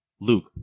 Luke